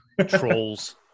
Trolls